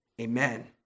Amen